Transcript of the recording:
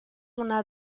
una